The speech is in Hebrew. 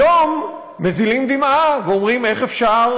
היום מזילים דמעה ואומרים: איך אפשר,